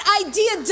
idea